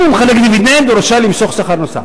אם הוא מחלק דיבידנד, הוא רשאי למשוך שכר נוסף,